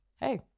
hey